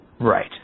Right